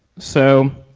so